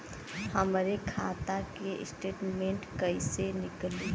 हमरे खाता के स्टेटमेंट कइसे निकली?